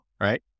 right